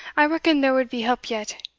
i reckon there wad be help yet.